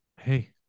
Hey